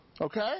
Okay